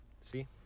See